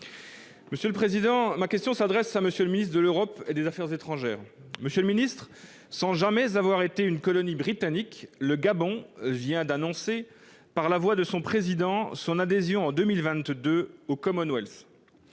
tous les Français. Ma question s'adresse à M. le ministre de l'Europe et des affaires étrangères. Sans jamais avoir été une colonie britannique, le Gabon vient d'annoncer, par la voix de son président, son adhésion en 2022 au Commonwealth.